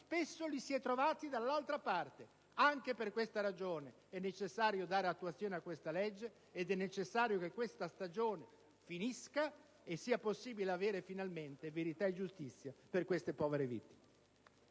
spesso li si è trovati dall'altra parte. Anche per questa ragione è necessario dare attuazione a questa legge ed è necessario che questa stagione finisca e sia possibile avere finalmente verità e giustizia per queste povere vittime.